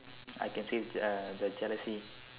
I can see uh the jealousy